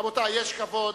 רבותי, יש כבוד.